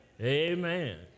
Amen